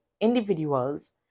individuals